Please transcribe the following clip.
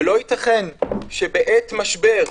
ולא ייתכן שבעת משבר,